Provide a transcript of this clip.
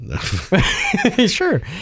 Sure